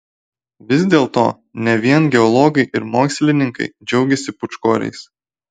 vis dėlto ne vien geologai ir mokslininkai džiaugiasi pūčkoriais